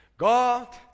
God